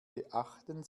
beachten